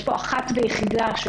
יש פה אחת ויחידה.